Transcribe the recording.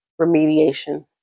remediation